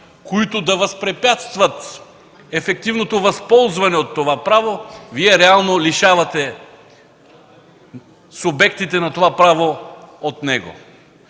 които да възпрепятстват ефективното възползване от това право, реално лишавате субектите на това право от него.